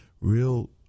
real